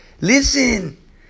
Listen